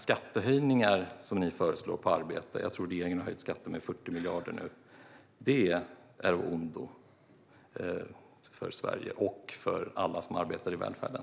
Skattehöjningarna som ni föreslår på arbete - jag tror att regeringen har höjt skatten med 40 miljarder nu - är av ondo för Sverige och för alla som arbetar i välfärden.